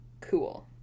cool